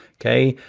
okay?